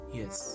yes